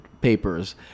papers